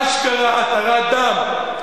אשכרה התרת דם,